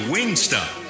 Wingstop